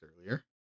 earlier